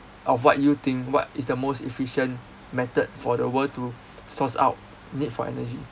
of what you think what is the most efficient method for the world to source out need for energy